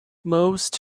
most